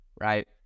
Right